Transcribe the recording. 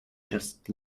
just